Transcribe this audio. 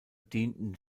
dienten